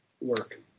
work